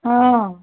ହଁ